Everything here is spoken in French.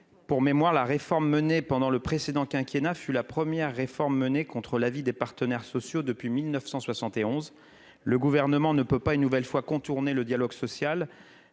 pour mémoire la réforme menée pendant le précédent quinquennat fut la première réforme menée contre l'avis des partenaires sociaux depuis 1971 le gouvernement ne peut pas, une nouvelle fois contourner le dialogue social